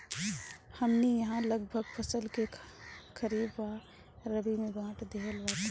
हमनी इहाँ लगभग फसल के खरीफ आ रबी में बाँट देहल बाटे